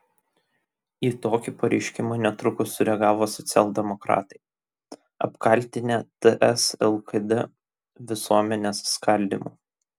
į tokį pareiškimą netrukus sureagavo socialdemokratai apkaltinę ts lkd visuomenės skaldymu